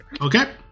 Okay